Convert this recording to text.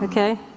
okay.